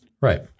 Right